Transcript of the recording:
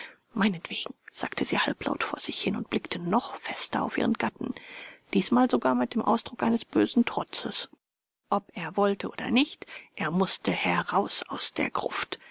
meinetwegen sagte sie halblaut vor sich hin und blickte noch fester auf ihren gatten diesmal sogar mit dem ausdruck eines bösen trotzes ob er wollte oder nicht er mußte heraus aus der gruft